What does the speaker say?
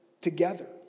together